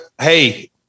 Hey